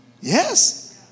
Yes